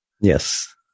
Yes